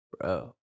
Bro